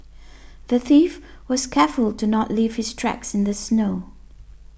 the thief was careful to not leave his tracks in the snow